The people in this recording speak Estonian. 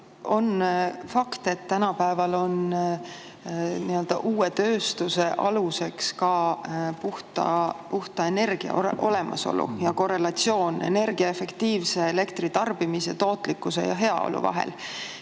On fakt, et tänapäeval on nii-öelda uue tööstuse aluseks puhta energia olemasolu ja on korrelatsioon energia efektiivse tarbimise, tootlikkuse ja heaolu vahel.